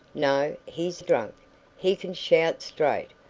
no he's drunk he can shout straight,